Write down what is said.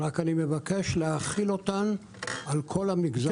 אבל אני מבקש להחיל אותן על כל המגזר העסקי.